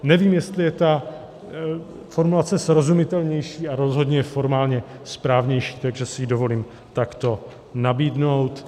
Nevím, jestli je ta formulace srozumitelnější, ale rozhodně formálně správnější, takže si ji dovolím takto nabídnout.